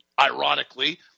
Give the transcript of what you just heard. ironically